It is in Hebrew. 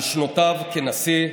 על שנותיו כנשיא,